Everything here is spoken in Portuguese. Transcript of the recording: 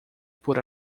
por